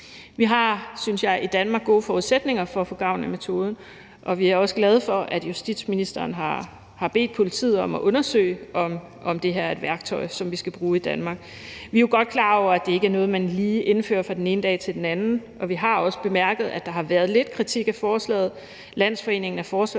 Vi har, synes jeg, gode forudsætninger i Danmark for at få gavn af metoden, og vi er også glade for, at justitsministeren har bedt politiet om at undersøge, om det her er et værktøj, som vi skal bruge i Danmark. Vi er jo godt klar over, at det ikke er noget, man lige indfører fra den ene dag til den anden, og vi har også bemærket, at der har været lidt kritik af forslaget. Landsforeningen af Forsvarsadvokater